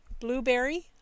Blueberry